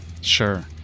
Sure